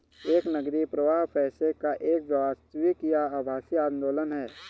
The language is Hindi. एक नकदी प्रवाह पैसे का एक वास्तविक या आभासी आंदोलन है